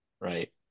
right